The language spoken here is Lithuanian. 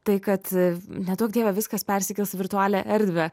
tai kad neduok dieve viskas persikels į virtualią erdvę